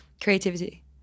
creativity